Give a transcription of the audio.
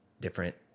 different